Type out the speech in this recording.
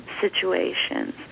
situations